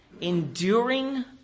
enduring